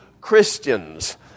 Christians